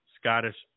Scottish